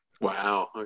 Wow